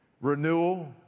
Renewal